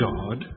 God